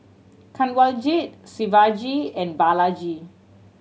Kanwaljit Shivaji and Balaji